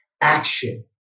action